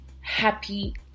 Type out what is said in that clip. happy